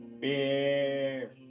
Beer